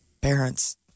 parents